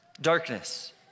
Darkness